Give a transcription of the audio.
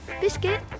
Biscuit